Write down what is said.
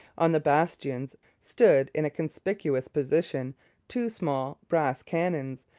on the bastions stood in a conspicuous position two small brass cannon,